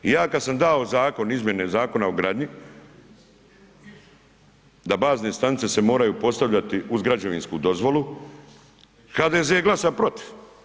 I ja kada sam dao zakon izmjene Zakona o gradnji da bazne stanice se moraju postavljati uz građevinsku dozvolu HDZ je glasao protiv.